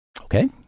Okay